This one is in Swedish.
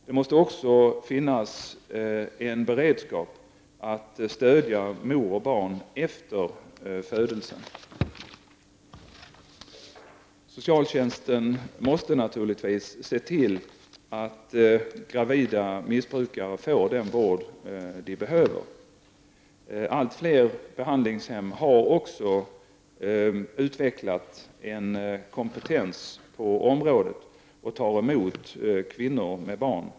Det måste finnas en beredskap för att stödja mor och barn efter förlossningen. Socialtjänsten måste naturligtvis se till att gravida missbrukare får den vård de behöver. Allt fler behandlingshem har också utvecklat en kompetens på området och tar emot kvinnor med barn.